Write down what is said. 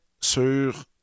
sur… «